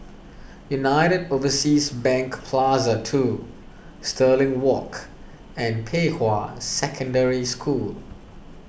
United Overseas Bank Plaza two Stirling Walk and Pei Hwa Secondary School